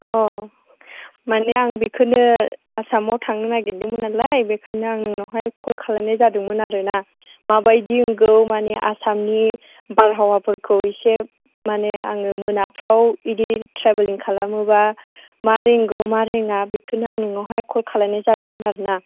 अ माने आं बेखौनो आसामाव थांनो नागिरदोंमोन नालाय बेनिखायनो आं नोंनावहाय क'ल खालामनाय जादोंमोन आरोना माबायदि रोंगौ माने आसामनि बारहावाफोरखौ इसे माने आङो मोनाफोराव बिदि ट्रेभेलिं खालामोबा मा रोंगौ मा रोङा बेखौनो आं नोंनावहाय क'ल खालामनाय जादोंमोन आरोना